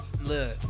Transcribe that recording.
look